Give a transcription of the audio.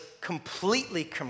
completely